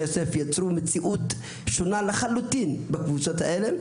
יוסף יצרו מציאות שונה לחלוטין בקבוצות האלה,